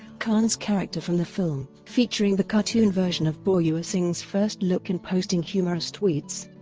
khan's character from the film, featuring the cartoon version of bauua singh's first look and posting humorous tweets.